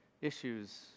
issues